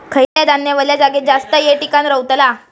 खयला धान्य वल्या जागेत जास्त येळ टिकान रवतला?